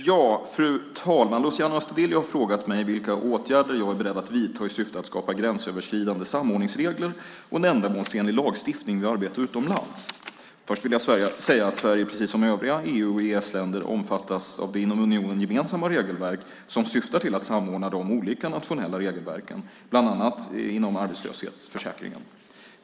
Fru talman! Luciano Astudillo har frågat mig vilka åtgärder jag är beredd att vidta i syfte att skapa gränsöverskridande samordningsregler och en ändamålsenlig lagstiftning vid arbete utomlands. Först vill jag säga att Sverige precis som övriga EU/EES-länder omfattas av det inom unionen gemensamma regelverk som syftar till att samordna de olika nationella regelverken inom bland annat arbetslöshetsförsäkringen.